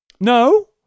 No